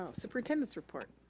ah superintendent's report.